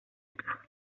caja